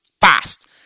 fast